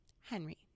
Henry